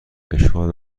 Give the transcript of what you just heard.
اشکال